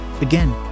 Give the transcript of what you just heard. Again